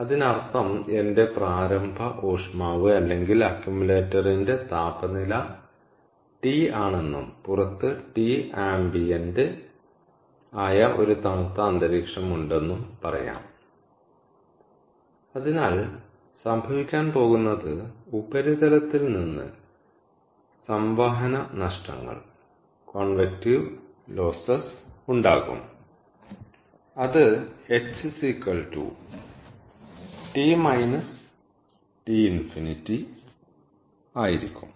അതിനർത്ഥം എന്റെ പ്രാരംഭ ഊഷ്മാവ് അല്ലെങ്കിൽ അക്യുമുലേറ്ററിന്റെ താപനില T ആണെന്നും പുറത്ത് T ആംബിയന്റ് ആയ ഒരു തണുത്ത അന്തരീക്ഷം ഉണ്ടെന്നും പറയാം അതിനാൽ സംഭവിക്കാൻ പോകുന്നത് ഉപരിതലത്തിൽ നിന്ന് സംവഹന നഷ്ടങ്ങൾ ഉണ്ടാകും അത് h T T∞ ആയിരിക്കും